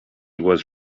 was